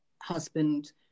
husband